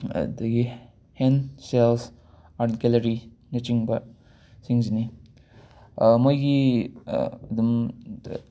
ꯑꯗꯒꯤ ꯍꯦꯟ ꯁꯦꯜꯁ ꯑꯥꯔꯠ ꯒꯦꯂꯔꯤ ꯅꯆꯤꯡꯕ ꯁꯤꯡꯁꯤꯅꯤ ꯃꯣꯏꯒꯤ ꯗꯨꯝ